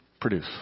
produce